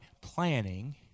planning